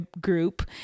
group